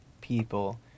people